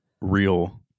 real